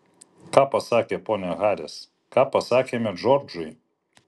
ką pasakė ponia haris ką pasakėme džordžui